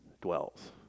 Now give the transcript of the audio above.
dwells